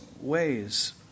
ways